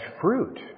fruit